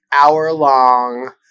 hour-long